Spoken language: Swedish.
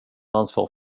ansvar